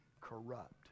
corrupt